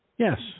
Yes